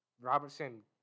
Robertson